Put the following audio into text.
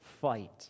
fight